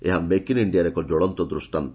ଏହା 'make in ଇଣ୍ଡିଆ'ର ଏକ କ୍ୱଳନ୍ତ ଦୃଷ୍ଟାନ୍ତ